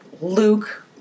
Luke